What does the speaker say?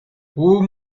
whom